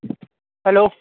hello